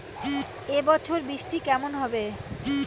এবছর বৃষ্টি কেমন হবে?